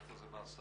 איפה זה נעשה,